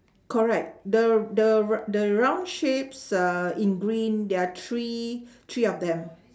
correct the the r~ the round shapes uhh in green there are three three of them